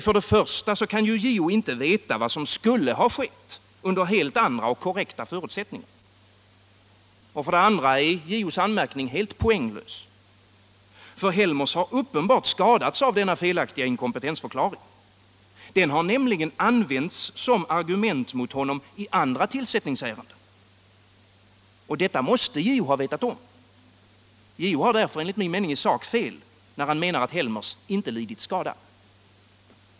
För det första kan inte JO veta vad som skulle ha skett under helt andra och korrekta förutsättningar. För det andra är JO:s anmärkning helt poänglös, ty Helmers har uppenbart skadats av denna felaktiga inkompetensförklaring. Den har nämligen använts som argument mot honom i andra tillsättningsärenden. Och detta måste JO ha vetat om. JO har därför enligt min mening i sak fel, när han menar att Helmers inte lidit skada.